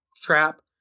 trap